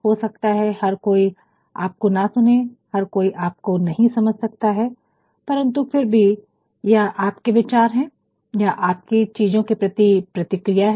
हो सकता है हर कोई आपको ना सुने हर कोई आप को नहीं समझ सकता है परंतु फिर भी यह आपके विचार हैं यह आप की चीजों के प्रति प्रतिक्रिया है